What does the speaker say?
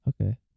Okay